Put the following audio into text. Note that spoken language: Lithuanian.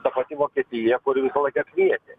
ta pati vokietija kuri visą laiką kvietė